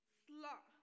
slut